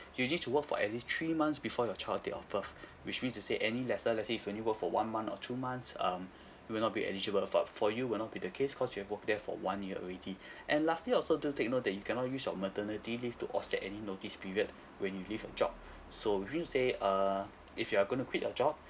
you'll need to work for at least three months before your child date of birth which means to say any lesser let's say if you only worked for one month or two months um you will not be eligible but for you will not be the case cause you have worked there for one year already and lastly also do take note that you cannot use your maternity leave to offset any notice period when you leave your job so meaning to say uh if you are going to quit your job